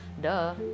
Duh